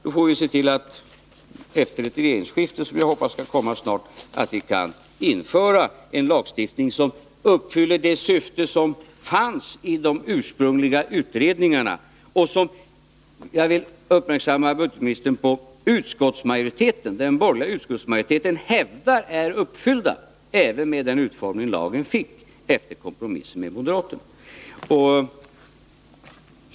Då får vi se till att vi efter ett regeringsskifte, som jag hoppas snart skall komma, kan införa en lagstiftning som uppfyller de syften som fanns i de ursprungliga utredningarna och som — jag vill göra budgetministern uppmärksam på det — den borgerliga utskottsmajoriteten hävdar är uppfyllda, även med den utformning lagen fick efter kompromissen med moderaterna!